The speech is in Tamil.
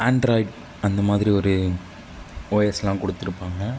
ஆண்ட்ராய்டு அந்தமாதிரி ஒரு ஓஎஸ்லாம் கொடுத்துருப்பாங்க